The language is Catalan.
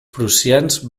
prussians